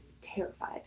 terrified